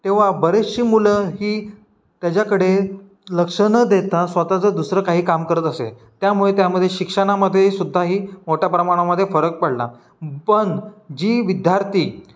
तेव्हा बरेचशी मुलं ही त्याच्याकडे लक्ष न देता स्वतःचं दुसरं काही काम करत असे त्यामुळे त्यामध्ये शिक्षणामध्ये सुद्धा ही मोठ्या प्रमाणामध्ये फरक पडला पण जी विद्यार्थी